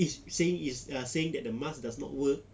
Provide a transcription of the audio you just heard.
is saying is saying that the mask does not work